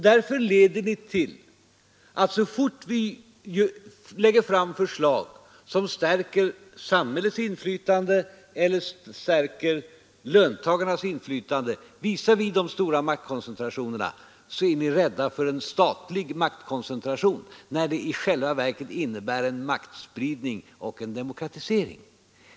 Det leder till att ni, så fort vi lägger fram förslag för att stärka samhället eller löntagarnas inflytande visavi de stora maktkoncentrationerna, är rädda för en statlig maktkoncentration — när förslagen i själva verket innebär en maktspridning.